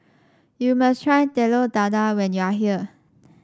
you must try Telur Dadah when you are here